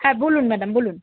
হ্যাঁ বলুন ম্যাডাম বলুন